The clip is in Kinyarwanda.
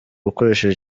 ukoresheje